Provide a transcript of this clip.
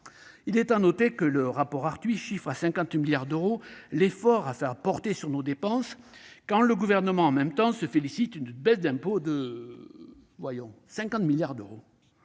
Il est à noter que le rapport Arthuis chiffre à 50 milliards d'euros l'effort à faire porter sur nos dépenses, quand le Gouvernement se félicite d'une baisse d'impôt de ... 50 milliards d'euros-